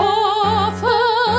awful